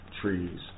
trees